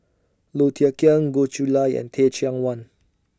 Low Thia Khiang Goh Chiew Lye and Teh Cheang Wan